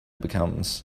becomes